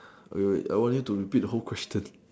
wait I want you to repeat the whole question